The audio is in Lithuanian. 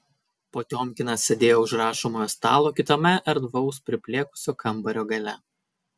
potiomkinas sėdėjo už rašomojo stalo kitame erdvaus priplėkusio kambario gale